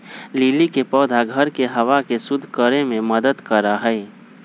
lily के पौधा घर के हवा के शुद्ध करे में मदद करा हई